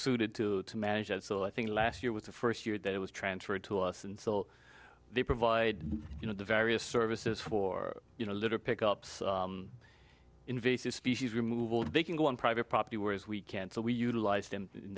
suited to manage it so i think last year was the first year that it was transferred to us and so they provide you know the various services for you know little pick ups invasive species removal they can go on private property whereas we can't so we utilize them in